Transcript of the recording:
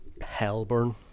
Hellburn